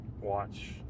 watch